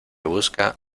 busca